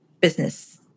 business